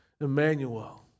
Emmanuel